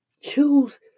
choose